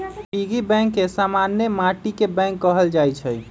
piggy bank के समान्य माटिके बैंक कहल जाइ छइ